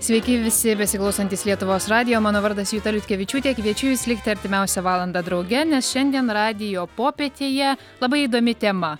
sveiki visi besiklausantys lietuvos radijo mano vardas juta liutkevičiūtė kviečiu jus likti artimiausią valandą drauge nes šiandien radijo popietėje labai įdomi tema